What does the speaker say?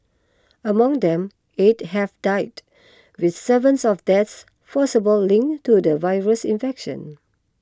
among them eight have died with seventh of the deaths possibly linked to the virus infection